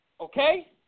Okay